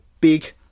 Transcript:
big